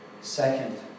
Second